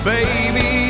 Baby